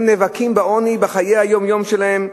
הם נאבקים בעוני בחיי היום-יום שלהם,